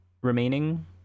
remaining